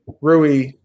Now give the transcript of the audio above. Rui